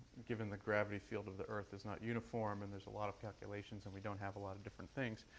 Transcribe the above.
given the gravity field of the earth is not uniform, and there's a lot of calculations, and we don't have a lot of different things?